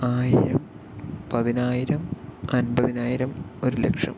ആയിരം പതിനായിരം അൻപതിനായിരം ഒരു ലക്ഷം